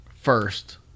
first